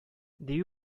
дию